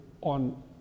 on